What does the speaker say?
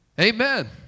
Amen